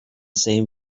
same